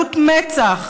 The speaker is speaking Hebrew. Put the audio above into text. ובעזות מצח,